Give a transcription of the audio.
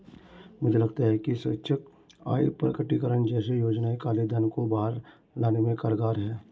मुझे लगता है कि स्वैच्छिक आय प्रकटीकरण जैसी योजनाएं काले धन को बाहर लाने में कारगर हैं